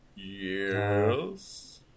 Yes